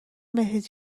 بهت